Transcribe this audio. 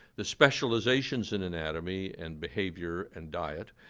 the specializations in anatomy and behavior and diet,